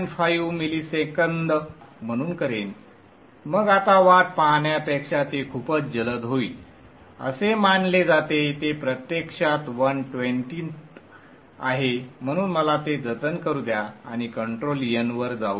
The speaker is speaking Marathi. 5 मिलीसेकंद म्हणून करेन मग आता वाट पाहण्यापेक्षा ते खूपच जलद होईल असे मानले जाते ते प्रत्यक्षात वन ट्वेन्टीथ आहे म्हणून मला ते जतन करू द्या आणि कंट्रोल n वर जाऊ द्या